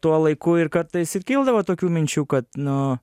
tuo laiku ir kartais ir kildavo tokių minčių kad nu